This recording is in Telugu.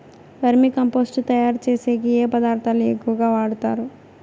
వర్మి కంపోస్టు తయారుచేసేకి ఏ పదార్థాలు ఎక్కువగా వాడుతారు